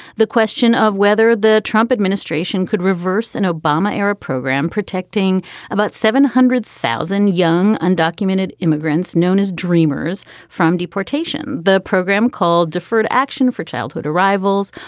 the question of whether the trump administration could reverse an obama era program protecting about seven hundred thousand young undocumented immigrants known as dreamers from deportation. the program, called deferred action for childhood arrivals,